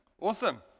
Awesome